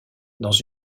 dans